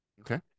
Okay